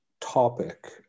topic